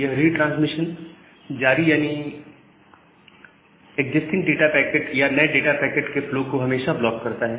यह रिट्रांसमिशन जारी यानी एक्जिस्टिंग डाटा पैकेट या नए डाटा पैकेट्स के फ्लो को हमेशा ब्लॉक करता है